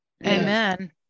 Amen